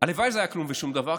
הלוואי שזה היה כלום ושום דבר,